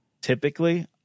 typically